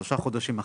שלושה חודשים אחרי.